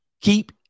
Keep